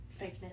fakeness